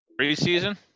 Preseason